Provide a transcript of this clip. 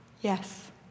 Yes